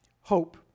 hope